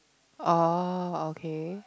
oh okay